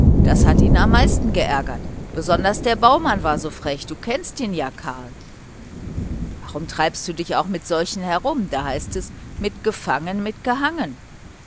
das hat ihn am meisten geärgert besonders der baumann war so frech du kennst ihn ja karl warum treibst du dich auch mit solchen herum da heißt es mitgefangen mitgehangen